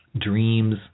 dreams